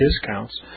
discounts